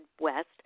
west